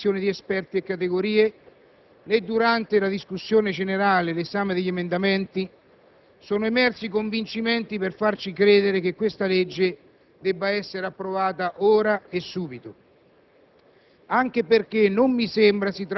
Né in sede di Commissione, né in fase di audizione di esperti e categorie, né durante la discussione generale e l'esame degli emendamenti sono emersi convincimenti per farci credere che questo provvedimento legislativo debba essere approvato ora e subito,